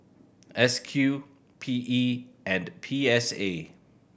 S Q P E and P S A